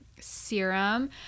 serum